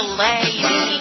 lady